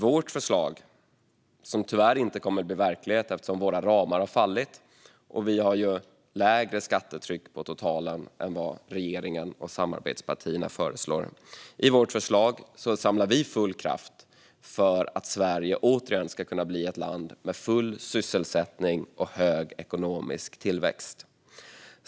Vårt förslag med lägre skattetryck än vad regeringen och samarbetspartierna föreslår kommer tyvärr inte att bli verklighet eftersom våra ramar har fallit. Men i vårt förslag samlar vi full kraft för att Sverige åter ska kunna bli ett land med full sysselsättning och hög ekonomisk tillväxt.